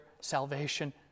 salvation